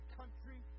country